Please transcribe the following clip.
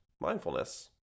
mindfulness